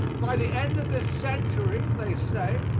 by the end of this century, they say,